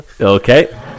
Okay